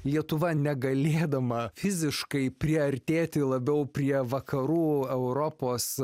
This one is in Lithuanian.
lietuva negalėdama fiziškai priartėti labiau prie vakarų europos